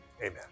amen